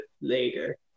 later